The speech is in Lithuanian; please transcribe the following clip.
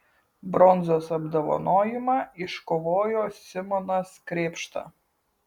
bronzos apdovanojimą iškovojo simonas krėpšta